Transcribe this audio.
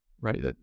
right